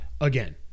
again